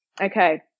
okay